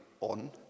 on